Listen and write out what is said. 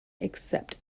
except